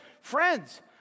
friends